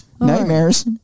Nightmares